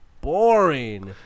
boring